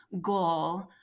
goal